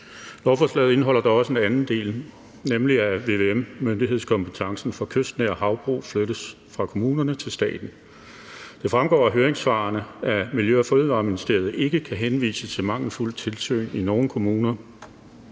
Lovforslaget indeholder dog også en anden del, nemlig at vvm-myndighedskompetencen for kystnære havbrug flyttes fra kommunerne til staten. Det fremgår af høringssvarene, at Miljø- og Fødevareministeriet ikke kan henvise til mangelfuldt tilsyn i nogen kommuner,